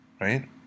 Right